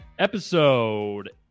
Episode